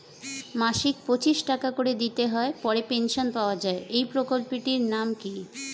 মাসিক পঁচিশ টাকা করে দিতে হয় পরে পেনশন পাওয়া যায় এই প্রকল্পে টির নাম কি?